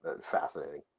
fascinating